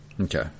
Okay